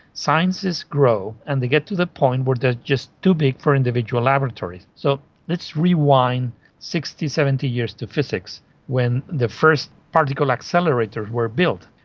sciences grow and they get the point where they are just too big for individual laboratories. so let's rewind sixty, seventy years to physics when the first particle accelerators were built,